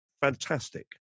Fantastic